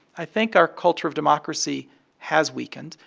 i think our culture of democracy has weakened.